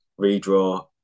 redraw